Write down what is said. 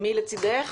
מי לצדך?